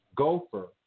Gopher